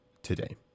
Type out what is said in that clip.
today